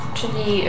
Czyli